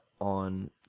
on